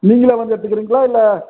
நீங்களே வந்து எடுத்துக்கிறீங்களா இல்லை